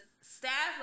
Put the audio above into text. staff